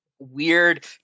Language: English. weird